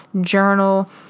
Journal